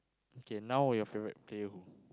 K now your favourite player who